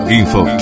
info